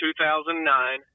2009